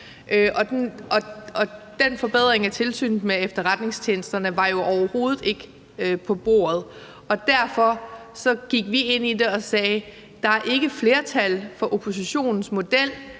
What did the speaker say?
den forbedring af Tilsynet med Efterretningstjenesterne var jo overhovedet ikke på bordet, så derfor gik vi ind i det og sagde: Der er ikke flertal for oppositionens model,